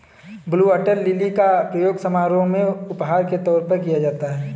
blue water lily का प्रयोग समारोह में उपहार के तौर पर किया जाता है